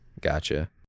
Gotcha